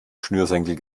schnürsenkel